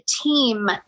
team